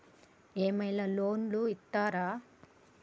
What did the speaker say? ఏమైనా లోన్లు ఇత్తరా?